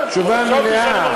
תשובה מלאה.